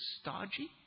stodgy